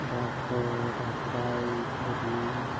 ᱵᱟᱜᱷᱳ ᱵᱟᱜᱷᱨᱟᱭ ᱢᱩᱨᱢᱩ